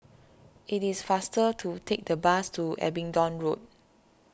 it is faster to take the bus to Abingdon Road